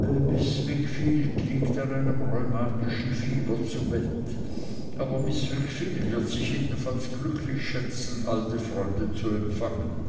wickfield liegt an einem rheumatischen fieber zu bett aber miß wickfield wird sich jedenfalls glücklich schätzen alte freunde zu empfangen